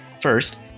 first